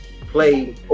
play